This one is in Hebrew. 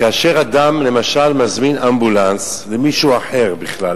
כאשר אדם למשל מזמין אמבולנס למישהו אחר בכלל,